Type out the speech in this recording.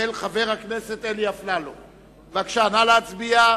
של חבר הכנסת אלי אפללו, נא להצביע.